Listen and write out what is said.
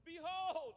Behold